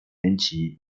年级